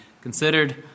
considered